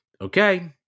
okay